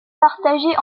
partagé